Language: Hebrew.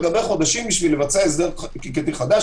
גבי חודשים בשביל לבצע הסדר חקיקתי חדש